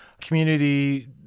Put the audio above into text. community